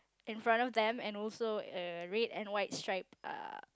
in front of them and also a red and white stripe uh